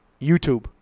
YouTube